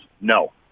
no